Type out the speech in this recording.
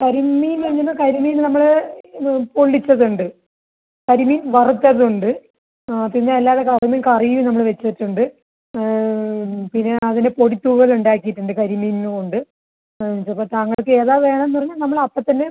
കരിമീൻ ഇങ്ങനെ കരിമീൻ നമ്മൾ പൊള്ളിച്ചത് ഉണ്ട് കരിമീൻ വറുത്തത് ഉണ്ട് പിന്നെ അല്ലാതെ കരിമീൻ കറിയും നമ്മൾ വെച്ചിട്ട് ഉണ്ട് പിന്നെ അതിൻ്റെ പൊടി തൂവൽ ഉണ്ടാക്കിയിട്ടുണ്ട് കരിമീനും ഉണ്ട് ആ ഇത് ഇപ്പം താങ്കൾക്ക് ഏതാ വേണന്ന് പറഞ്ഞാൽ നമ്മൾ അപ്പത്തന്നെ